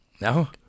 No